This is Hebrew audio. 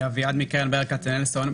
אני מקרן ברל כצנלסון.